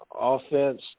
offense